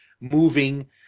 moving